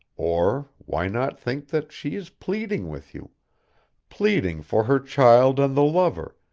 or why not think that she is pleading with you pleading for her child and the lover,